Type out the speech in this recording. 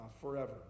forever